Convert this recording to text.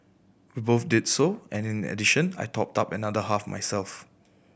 we both did so and in addition I topped up another half myself